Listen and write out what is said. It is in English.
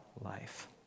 life